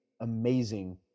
amazing